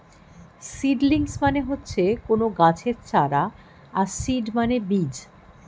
seedlings মানে হচ্ছে কোনো গাছের চারা আর সিড মানে বীজ